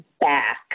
back